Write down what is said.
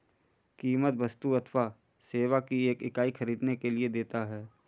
कीमत वस्तु अथवा सेवा की एक इकाई ख़रीदने के लिए देता है